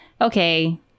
okay